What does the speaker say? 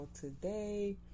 today